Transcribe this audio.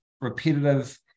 repetitive